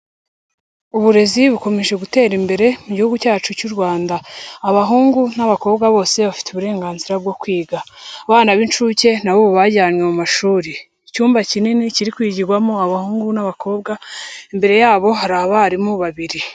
Uburezi bukomeje gutera imbere mu gihugu cyacu cy'u Rwanda. Abahungu n'abakobwa bose bafite uburenganzira bwo kwiga. Abana b'inshuke na bo ubu bajyanywe mu mashuri. Icyumba kinini, kiri kwigirwamo abahungu n'abakobwa, imbere yabo hari abarimu babiri.